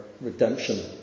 redemption